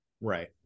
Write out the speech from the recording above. Right